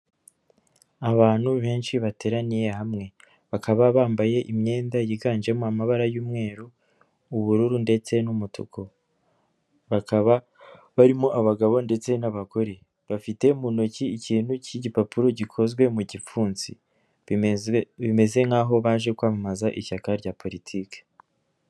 Abantu benshi bateraniye hamwe, bakaba bambaye imyenda yiganjemo amabara y'umweru, ubururu, ndetse n'umutuku, bakaba barimo abagabo ndetse n'abagore, bafite mu ntoki ikintu cy'igipapuro gikozwe mu gipfunsi, bimeze nk'aho baje kwamamaza ishyaka rya politiki.